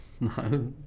No